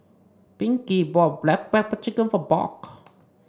Pinkney bought Black Pepper Chicken for Buck